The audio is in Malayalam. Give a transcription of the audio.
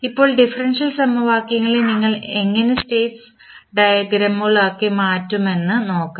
ഇപ്പോൾ ഡിഫറൻഷ്യൽ സമവാക്യങ്ങളെ നിങ്ങൾ എങ്ങനെ സ്റ്റേറ്റ് ഡയഗ്രാമുകളാക്കി മാറ്റുമെന്ന് നോക്കാം